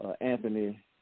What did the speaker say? Anthony